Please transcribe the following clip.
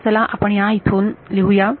तर चला आपण या इथून लिहूया